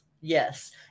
yes